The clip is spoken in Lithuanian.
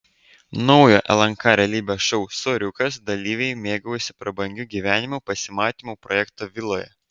naujo lnk realybės šou soriukas dalyviai mėgaujasi prabangiu gyvenimu pasimatymų projekto viloje